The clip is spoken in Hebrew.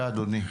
אדוני.